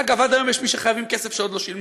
אגב, עד היום יש מי שחייבים לי כסף ועוד לא שילמו,